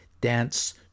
Dance